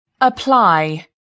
apply